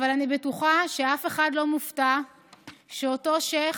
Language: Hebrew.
אבל אני בטוחה שאף אחד לא מופתע שאותו שייח',